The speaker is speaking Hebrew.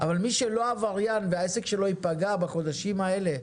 אבל מי שלא עבריין והעסק שלו ייפגע בחודשים האלה,